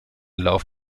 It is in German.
lauf